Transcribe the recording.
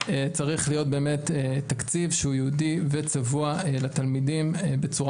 צריך להיות תקציב שהוא ייעוד וצבוע לתלמידים בצורה